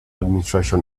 administration